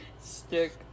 Stick